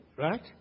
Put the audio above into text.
Right